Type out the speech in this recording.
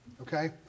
okay